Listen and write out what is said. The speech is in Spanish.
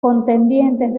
contendientes